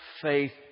faith